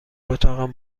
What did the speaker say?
اتاقم